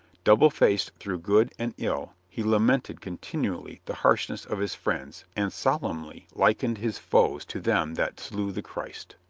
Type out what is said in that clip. double-faced through good and ill, he lamented continually the harshness of his friends and solemnly likened his foes to them that slew the christ.